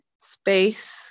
space